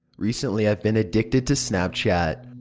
recently i've been addicted to snapchat.